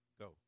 go